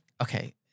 Okay